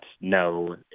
no